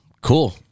Cool